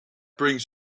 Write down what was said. brings